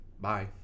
Bye